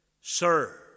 Sir